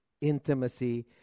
intimacy